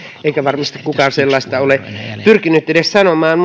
eikä varmasti kukaan sellaista ole pyrkinyt edes sanomaan